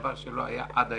דבר שלא היה עד היום.